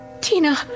Tina